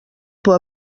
por